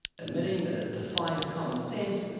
admitting that it defies common sense,